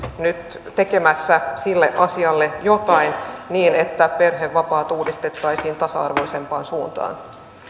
nyt tekemässä sille asialle jotain niin että perhevapaat uudistettaisiin tasa arvoisempaan suuntaan